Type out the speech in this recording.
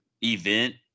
event